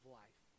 life